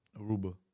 Aruba